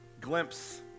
glimpse